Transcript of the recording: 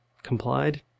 complied